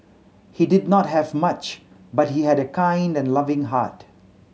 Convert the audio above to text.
he did not have much but he had a kind and loving heart